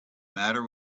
matter